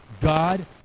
God